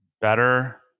better